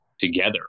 together